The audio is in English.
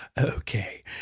Okay